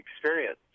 experience